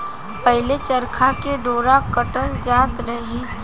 पहिले चरखा से डोरा काटल जात रहे